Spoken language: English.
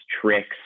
tricks